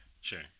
Sure